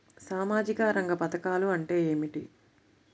సామాజిక రంగ పధకాలు అంటే ఏమిటీ?